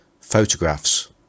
photographs